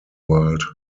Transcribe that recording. world